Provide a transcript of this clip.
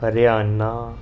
Haryana